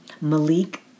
Malik